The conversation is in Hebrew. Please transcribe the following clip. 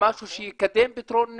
משהו שיקדם פתרון סכסוכים?